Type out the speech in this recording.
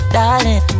Darling